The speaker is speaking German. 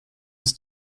ist